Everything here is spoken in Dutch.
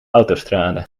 autostrade